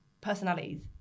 personalities